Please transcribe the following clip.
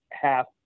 half